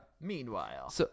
Meanwhile